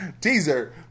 teaser